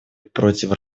против